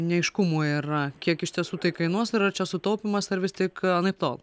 neaiškumų yra kiek iš tiesų tai kainuos ir ar čia sutaupymas ar vis tik anaiptol